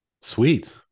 sweet